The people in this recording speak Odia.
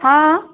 ହଁ